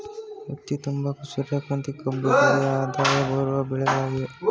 ಹತ್ತಿ, ತಂಬಾಕು, ಸೂರ್ಯಕಾಂತಿ, ಕಬ್ಬು ಒಳ್ಳೆಯ ಆದಾಯ ಬರುವ ಬೆಳೆಗಳಾಗಿವೆ